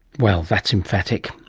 well, that's emphatic.